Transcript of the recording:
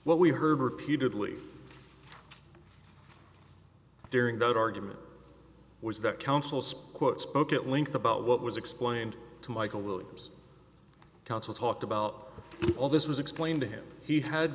what we heard repeatedly during that argument was that counsel squat spoke at length about what was explained to michael williams counsel talked about all this was explained to him he had